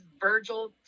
Virgil